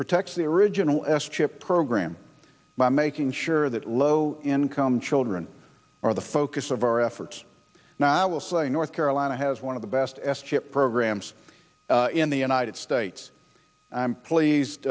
protects the original s chip program by making sure that low income children are the focus of our efforts and i will say north carolina has one of the best s chip programs in the united states i'm pleased